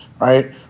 right